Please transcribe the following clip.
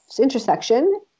intersection